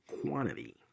quantity